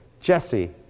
Jesse